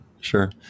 Sure